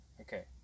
okay